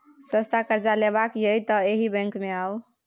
सस्ता करजा लेबाक यै तए एहि बैंक मे आउ